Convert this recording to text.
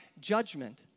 judgment